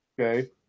okay